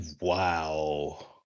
Wow